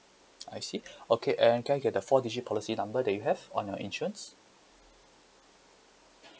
I see okay and can I get the four digit policy number that you have on your insurance